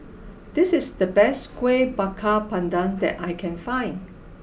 this is the best Kueh Bakar Pandan that I can find